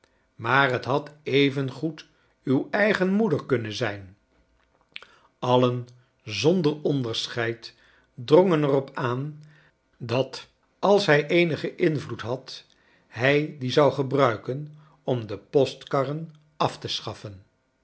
maar t had even goed uw eigen moeder kunnen zijn allen zonder onderscheid drongen er op aan dat als hij eenigen invloed had hij dien zou gebruiken om de postkarren af te sohaffen